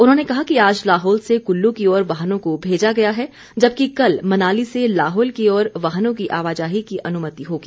उन्होंने कहा कि आज लाहौल से कल्ल की ओर वाहनों को भेजा गया है जबकि कल मनाली से लाहौल की ओर वाहनों की आवाजाही की अनुमति होगी